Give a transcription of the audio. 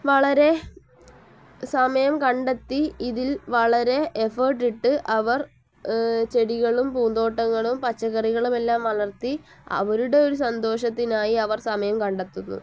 വളരെ സമയം കണ്ടെത്തി ഇതിൽ വളരെ എഫേർട്ട് ഇട്ട് അവർ ചെടികളും പൂന്തോട്ടങ്ങളും പച്ചക്കറികളുമെല്ലാം വളർത്തി അവരുടെ ഒരു സന്തോഷത്തിനായി അവർ സമയം കണ്ടെത്തുന്നു